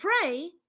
pray